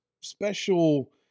special